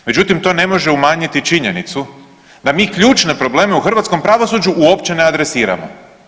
Međutim, to ne može umanjiti činjenicu da mi ključne probleme u hrvatskom pravosuđu uopće ne adresiramo.